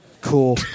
Cool